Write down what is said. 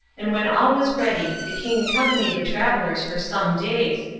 and when all was ready the king accompanied the travellers for some days,